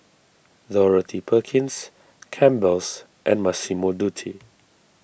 Dorothy Perkins Campbell's and Massimo Dutti